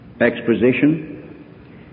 exposition